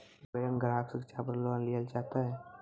Bank ग्राहक शिक्षा पार लोन लियेल चाहे ते?